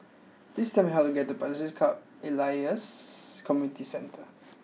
please tell me how to get to Pasir Ris Elias Community Centre